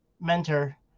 Mentor